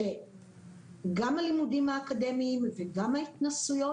שגם הלימודים האקדמיים וגם ההתנסויות,